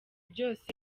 byose